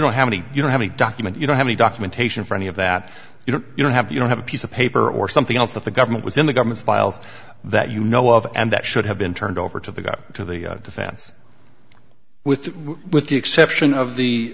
many you don't have a document you don't have any documentation for any of that you know you don't have you don't have a piece of paper or something else that the government was in the government's files that you know of and that should have been turned over to the got to the defense with the with the exception of the